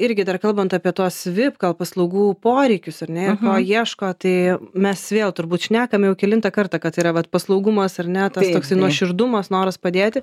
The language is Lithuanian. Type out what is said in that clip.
irgi dar kalbant apie tuos vip gal paslaugų poreikius ar ne ir ko ieško tai mes vėl turbūt šnekam jau kelintą kartą kad yra vat paslaugumas ar ne tas toksai nuoširdumas noras padėti